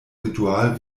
ritual